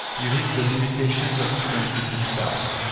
you hit the limitations of kubernetes itself.